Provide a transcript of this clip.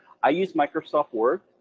i use microsoft word,